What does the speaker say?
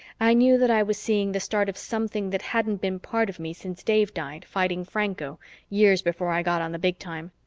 i knew that i was seeing the start of something that hadn't been part of me since dave died fighting franco years before i got on the big time,